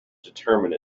determine